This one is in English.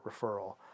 referral